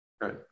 Right